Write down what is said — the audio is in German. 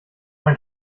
ein